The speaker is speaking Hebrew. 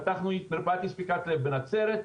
פתחנו מרפאת אי ספיקת לב גם בנצרת,